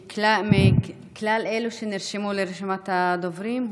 מכלל אלו שנרשמו ברשימת הדוברים,